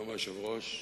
שלום היושב-ראש,